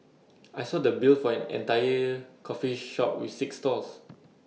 I saw the bill for an entire coffee shop with six stalls